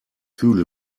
fühle